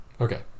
Okay